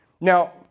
Now